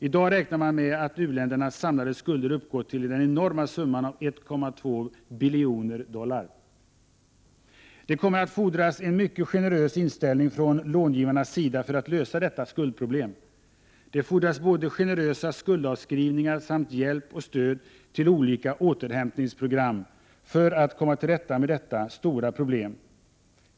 I dag räknar man med att u-ländernas samlade skulder uppgår till den enorma summan av 1,2 billioner dollar. Det kommer att fordras en mycket generös inställning från långivarnas sida för att lösa detta skuldproblem. Det fordras både generösa skuldavskrivningar och hjälp och stöd till olika återhämtningsprogram för att komma till rätta med detta stora problem.